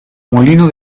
molino